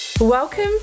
Welcome